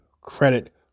credit